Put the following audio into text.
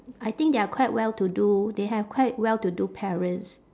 I think they are quite well to do they have quite well to do parents